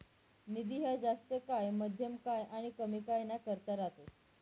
निधी ह्या जास्त काय, मध्यम काय आनी कमी काय ना करता रातस